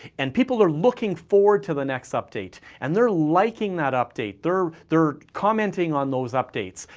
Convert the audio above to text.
and people are looking forward to the next update. and they're liking that update. they're they're commenting on those updates.